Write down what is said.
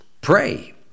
pray